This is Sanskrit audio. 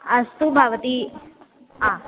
अस्तु भवती हा